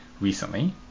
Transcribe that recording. recently